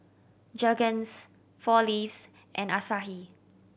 Jergens Four Leaves and Asahi